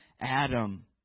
Adam